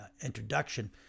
introduction